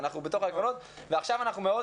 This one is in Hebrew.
אנחנו בתוך העקרונות ועכשיו אנחנו מאוד